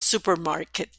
supermarket